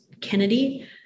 Kennedy